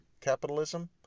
capitalism